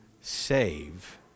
save